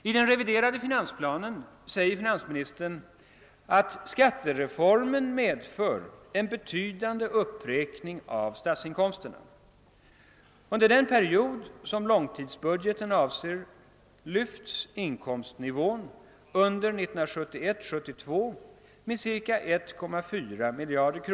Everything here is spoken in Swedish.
I den reviderade finansplanen skriver finansministern: »Skattereformen medför en betydande uppräkning av statsinkomsterna. Under den period som långtidsbudgeten avser lyfts inkomstnivån under 1971/72 med ca 1,4 miljarder kr.